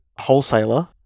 wholesaler